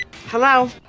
Hello